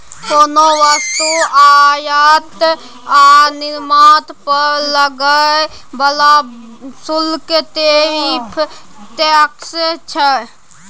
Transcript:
कोनो वस्तुक आयात आ निर्यात पर लागय बला शुल्क टैरिफ टैक्स छै